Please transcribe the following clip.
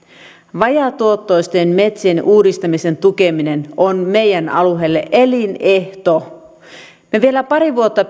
vajaatuottoisten metsien uudistamisen tukeminen on meidän alueellemme elin ehto me vielä pari vuotta